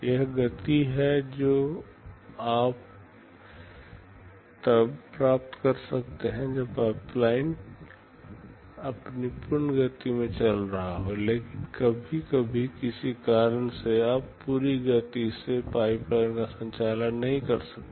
यह वह गति है जो आप तब प्राप्त कर सकते हैं जब पाइपलाइन अपनी पूर्ण गति में चल रही हो लेकिन कभी कभी किसी कारण से आप पूरी गति से पाइपलाइन का संचालन नहीं कर सकते